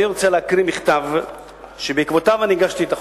אני רוצה להקריא מכתב שבעקבותיו אני הגשתי את החוק.